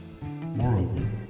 Moreover